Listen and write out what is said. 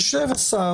אישר השר,